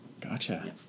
gotcha